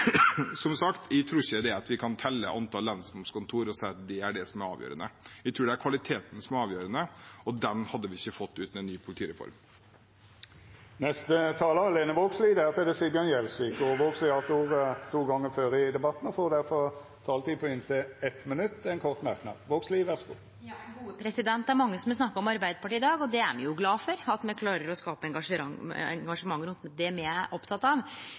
Som sagt: Jeg tror ikke vi kan telle antallet lensmannskontor og si at det er avgjørende. Jeg tror det er kvaliteten som er avgjørende, og den hadde vi ikke fått uten en ny politireform. Representanten Lene Vågslid har hatt ordet to gonger tidlegare og får ordet til ein kort merknad, avgrensa til 1 minutt. Det er mange som har snakka om Arbeidarpartiet i dag, og me er glade for at me klarer å skape engasjement rundt det me er opptekne av.